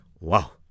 Wow